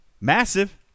Massive